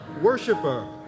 worshiper